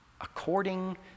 According